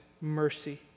mercy